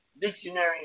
dictionary